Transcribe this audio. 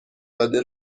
داده